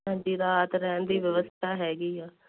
ਹਾਂਜੀ ਰਾਤ ਰਹਿਣ ਦੀ ਵਿਵਸਥਾ ਹੈਗੀ ਆ